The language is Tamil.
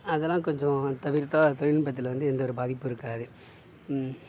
அதெல்லாம் கொஞ்சம் தவிர்த்தால் தொழில் நுட்பத்தில் வந்து எந்த ஒரு பாதிப்பும் இருக்காது